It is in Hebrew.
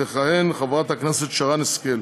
תכהן חברת הכנסת שרן השכל,